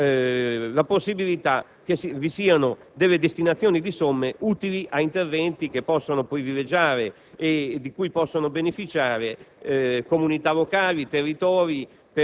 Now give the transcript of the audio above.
la possibilità che vi siano destinazioni di somme utili ad interventi che privilegino e di cui possano beneficiare le comunità locali e i territori,